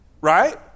Right